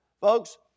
Folks